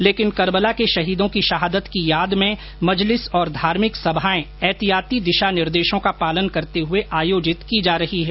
लेकिन कर्बला के शहीदों की शहादत की याद में मजलिस और धार्भिक सभाए एहतियाती दिशा निर्देशों का पालन करते हुए आयोजित की जा रही है